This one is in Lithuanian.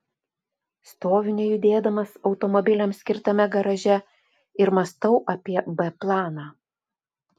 stoviu nejudėdamas automobiliams skirtame garaže ir mąstau apie b planą